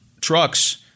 trucks